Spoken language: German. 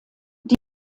die